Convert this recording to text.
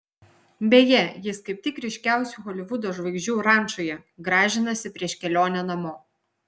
beje jis kaip tik ryškiausių holivudo žvaigždžių rančoje gražinasi prieš kelionę namo